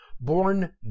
Born